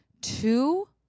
two